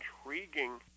intriguing